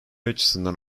açısından